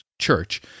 church